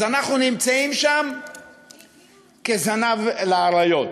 אז אנחנו נמצאים שם כזנב לאריות.